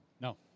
No